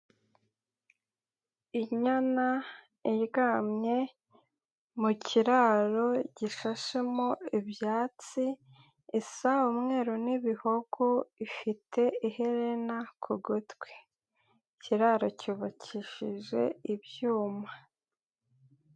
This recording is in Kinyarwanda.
lnyana iryamye mu kiraro gishashemo ibyatsi, isa umweru n'ibihogo, ifite iherena ku gutwi ,ikiraro cyubakishije ibyuma.